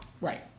Right